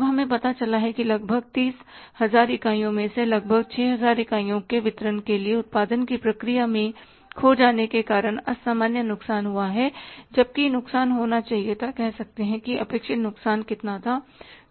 अब हमें पता चला है कि लगभग 30000 इकाइयों में से लगभग 6000 इकाइयों के वितरण के लिए उत्पादन से प्रक्रिया में खो जाने के कारण असामान्य नुकसान हुआ है जबकि नुकसान होना चाहिए था कह सकते हैं अपेक्षित नुकसान कितना था